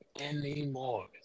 anymore